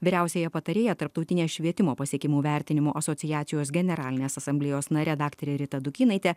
vyriausiąja patarėja tarptautinės švietimo pasiekimų vertinimo asociacijos generalinės asamblėjos nare daktare rita dukynaite